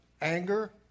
anger